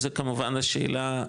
זה כמובן, השאלה,